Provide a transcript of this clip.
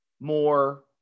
more